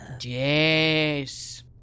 Yes